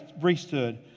priesthood